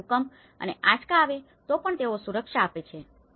તેથી ભુકંપ અને આંચકા આવે તો પણ તેઓ સુરક્ષા આપે છે